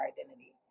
identity